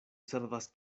servas